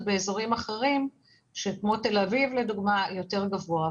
באזורים אחרים כמו תל אביב לדוגמה זה יותר גבוה.